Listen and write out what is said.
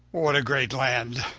what a great land!